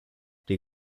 die